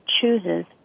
chooses